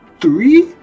three